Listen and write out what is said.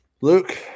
Luke